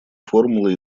формулы